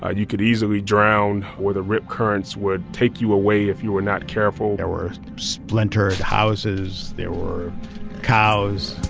ah you could easily drown, or the rip currents would take you away if you were not careful there were splintered houses. houses. there were cows,